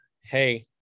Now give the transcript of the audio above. hey